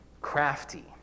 crafty